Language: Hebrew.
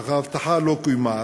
אך ההבטחה לא קוימה.